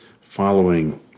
following